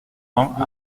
vingt